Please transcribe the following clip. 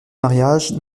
mariage